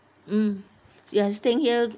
hmm you are staying here